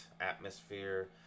atmosphere